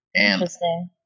Interesting